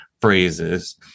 phrases